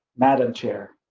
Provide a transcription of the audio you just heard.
madam chair.